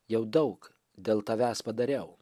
jau daug dėl tavęs padariau